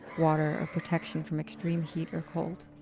water or protection from extreme heat or cold.